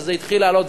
וכשזה התחיל לעלות,